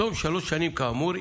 בתום שלוש השנים כאמור,